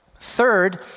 Third